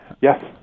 Yes